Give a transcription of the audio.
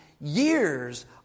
years